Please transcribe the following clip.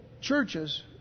churches